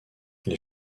les